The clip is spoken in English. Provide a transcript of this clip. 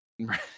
Right